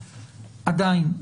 עדיין,